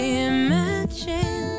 imagine